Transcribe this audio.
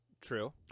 true